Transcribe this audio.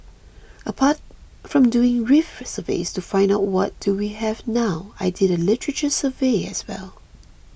apart from doing reef surveys to find out what do we have now I did a literature survey as well